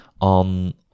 on